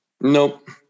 Nope